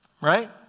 right